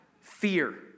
fear